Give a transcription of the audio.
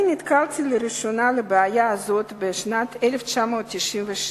אני נתקלתי לראשונה בבעיה זאת בשנת 1997,